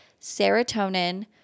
serotonin